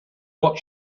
what